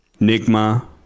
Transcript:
Nigma